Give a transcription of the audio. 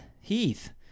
heath